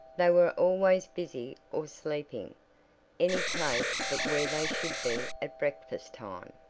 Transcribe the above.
they were always busy or sleeping any place but where they should be at breakfast time.